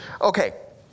Okay